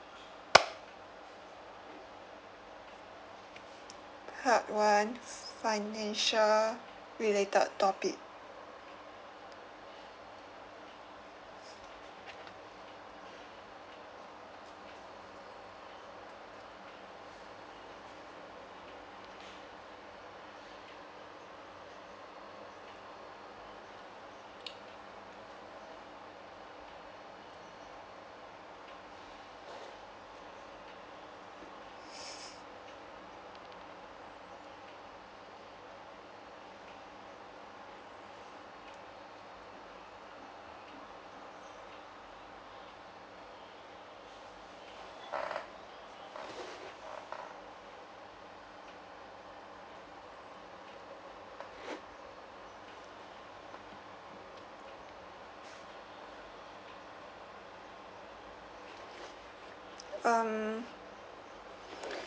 part one financial-related topic um